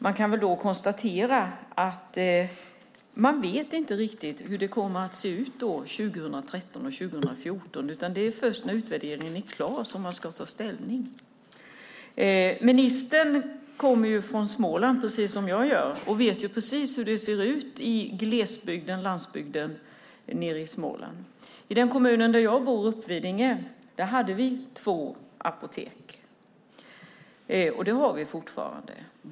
Man kan väl konstatera att man inte vet riktigt hur det kommer att se ut 2013 och 2014. Det är först när utvärderingen är klar som man ska ta ställning. Ministern kommer precis som jag från Småland och vet hur det ser ut i glesbygden i Småland. I den kommun där jag bor, Uppvidinge, hade vi två apotek. Det har vi fortfarande.